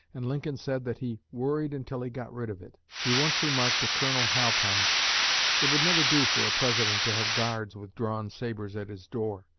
and lincoln said that he worried until he got rid of it. he once remarked to colonel halpine it would never do for a president to have guards with drawn sabers at his door,